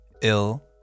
ill